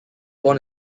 born